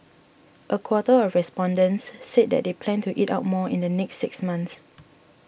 a quarter of respondents said that they plan to eat out more in the next six months